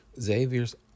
Xavier's